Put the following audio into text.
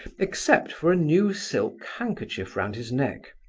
except for a new silk handkerchief round his neck,